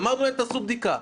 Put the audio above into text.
אמרנו להם שיעשו בדיקה.